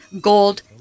gold